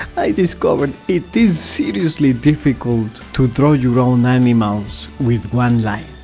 i discovered it is seriously difficult to drawing your own animals with one line,